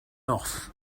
off